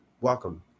welcome